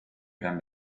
gran